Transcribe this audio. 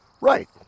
Right